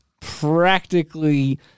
practically